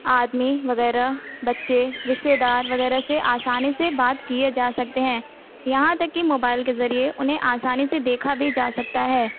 آدمی وغیرہ بچے رشتے دار وغیرہ سے آسانی سے بات کیے جا سکتے ہیں یہاں تک کہ موبائل کے ذریعے اُنہیں آسانی سے دیکھا بھی جا سکتا ہے